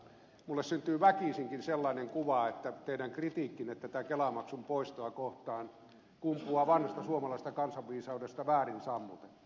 minulle syntyy väkisinkin sellainen kuva että teidän kritiikkinne tätä kelamaksun poistoa kohtaan kumpuaa vanhasta suomalaisesta kansanviisaudesta väärin sammutettu